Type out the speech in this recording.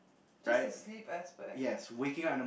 just the sleep aspect